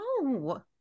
no